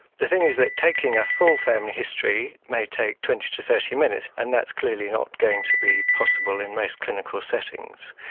the thing is that taking a full family history may take twenty to thirty minutes and that's clearly not going to be possible in most clinical settings.